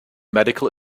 medical